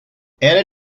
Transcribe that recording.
anna